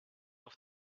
auf